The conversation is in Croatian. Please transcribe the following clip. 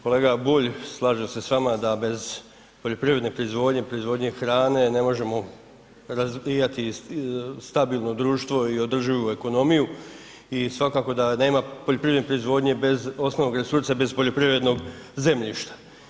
Kolega Bulj, slažem se s vama da bez poljoprivredne proizvodnje, proizvodnje hrane ne možemo razvijati stabilno društvo i održivu ekonomiju i svakako da nema poljoprivredne proizvodnje bez osnovnog resursa bez poljoprivrednog zemljišta.